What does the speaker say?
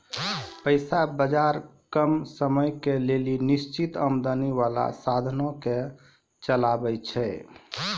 पैसा बजार कम समयो के लेली निश्चित आमदनी बाला साधनो के चलाबै छै